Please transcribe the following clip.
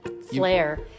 flair